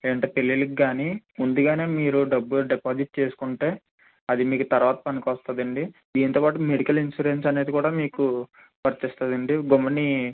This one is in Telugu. లేదంటే పెళ్ళిళ్ళకి కానీ ముందుగానే మీరు డబ్బులు డిపాజిట్ చేసుకుంటే అది మీకు తర్వాత పనికొస్తుందండి దీంతోపాటు మెడికల్ ఇన్సూరెన్స్ అనేది కూడా మీకు వర్తిస్తుందండి గమ్మున